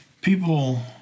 people